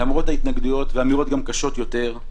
למרות ההתנגדויות וגם אמירות קשות יותר,